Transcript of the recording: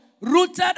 Rooted